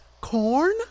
Corn